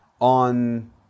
on